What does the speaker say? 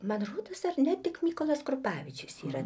man rodos ar ne tik mykolas krupavičius yra